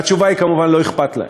והתשובה היא, כמובן: לא אכפת להם.